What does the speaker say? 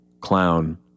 clown